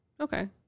Okay